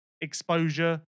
exposure